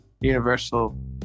universal